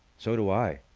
so do i.